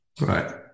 Right